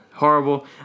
horrible